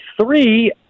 three